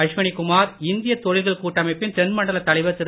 அஸ்வினி குமார் இந்திய தொழில்கள் கூட்டமைப்பின் தென்மண்டலத் தலைவர் திரு